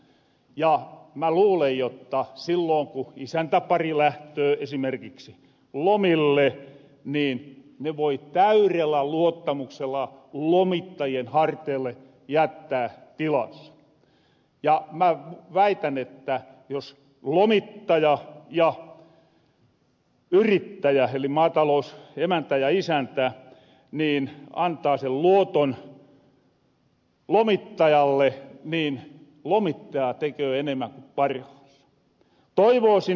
ja mä luulen jotta silloon ku isäntäpari lähtöö esimerkiksi lomille ne voi täyrellä luottamuksella lomittajien harteille jättää tilansa ja mä väitän että jos yrittäjä eli maatalousemäntä ja isäntä antaa sen luoton lomittajalle niin lomittaja teköö enemmän ku parhaansa